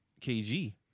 KG